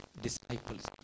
disciples